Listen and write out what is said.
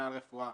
מינהל רפואה